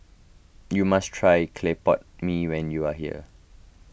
you must try Clay Pot Mee when you are here